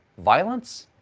violence?